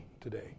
today